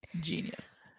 genius